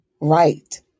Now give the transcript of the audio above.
right